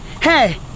Hey